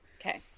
okay